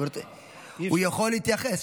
הוא יכול להתייחס.